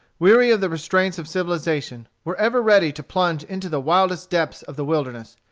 weary of the restraints of civilization, were ever ready to plunge into the wildest depths of the wilderness,